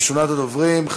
הצעות לסדר-היום מס'